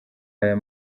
aya